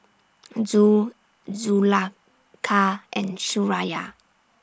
Zul Zulaikha and Suraya